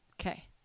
Okay